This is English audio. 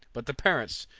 but the parents,